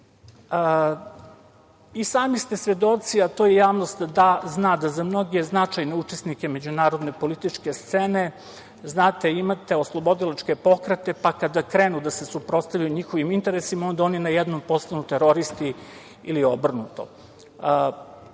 loši. Sami ste svedoci, a to javnost zna, da za mnoge značajne učesnike međunarodne političke scene, znate, imate oslobodilačke pokrete, pa kada krenu da se suprotstavljaju njihovim interesima onda oni najednom postanu teroristi ili obrnuto. Ja